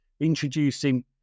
introducing